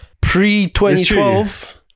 Pre-2012